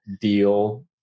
deal